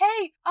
Hey